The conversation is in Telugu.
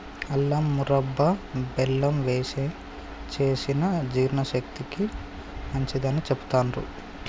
అల్లం మురబ్భ బెల్లం వేశి చేసిన జీర్ణశక్తికి మంచిదని చెబుతాండ్రు